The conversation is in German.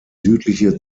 südliche